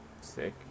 Sick